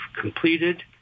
completed